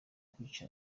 kwica